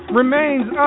remains